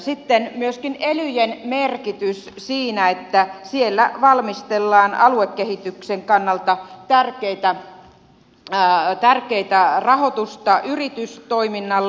sitten myöskin elyjen merkitys on siinä että siellä valmistellaan aluekehityksen kannalta tärkeätä rahoitusta yritystoiminnalle